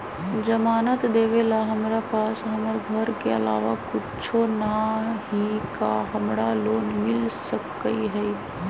जमानत देवेला हमरा पास हमर घर के अलावा कुछो न ही का हमरा लोन मिल सकई ह?